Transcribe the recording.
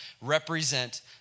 represent